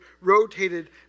rotated